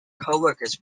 coworkers